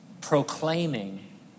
proclaiming